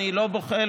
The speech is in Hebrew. אני לא בוחל,